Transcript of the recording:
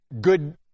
good